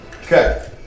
Okay